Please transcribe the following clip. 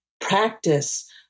practice